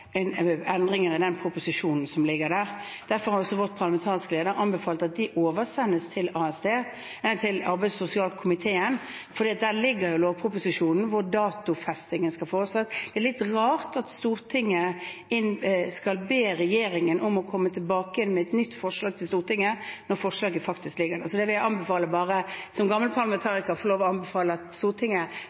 proposisjonen som ligger der. Derfor har vår parlamentariske leder anbefalt at de oversendes til ASD – nei, til arbeids- og sosialkomiteen – for der ligger lovproposisjonen, hvor datofestingen skal foreslås. Det er litt rart at Stortinget skal be regjeringen om å komme tilbake med et nytt forslag til Stortinget, når forslaget faktisk ligger der. Jeg vil som gammel parlamentariker få lov til å anbefale at Stortinget